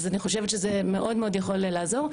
אז אני חושבת שזה מאוד מאוד יכול לעזור,